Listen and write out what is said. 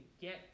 get